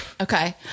okay